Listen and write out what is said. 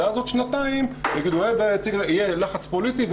ובעוד שנתיים יהיה לחץ פוליטי,